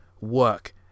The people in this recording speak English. work